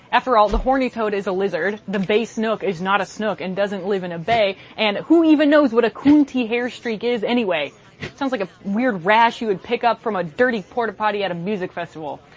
after all, the horny toad is a lizard, the bay snook is not a snook and doesn't live in a bay and who even knows what a coontie hairstreak is anyway sounds like a weird rash you would pick up from a dirty porta potty at a music festival.